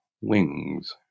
wings